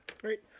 Great